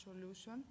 solution